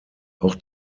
auch